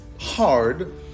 hard